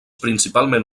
principalment